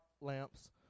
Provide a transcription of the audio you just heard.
lamps